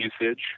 usage